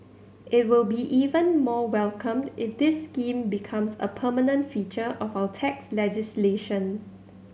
it will be even more welcomed if this scheme becomes a permanent feature of our tax legislation